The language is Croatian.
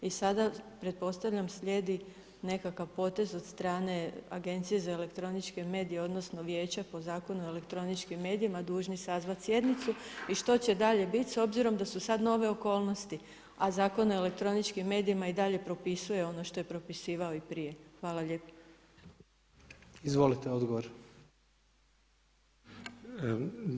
I sada pretpostavljam slijedi nekakav potez od strane Agencije za elektroničke medije, odnosno Vijeće po Zakonu o elektroničkim medijima dužni sazvat sjednicu i što će dalje bit s obzirom da su sad nove okolnosti, a Zakon o elektroničkim medijima i dalje propisuje ono što je propisivao i prije.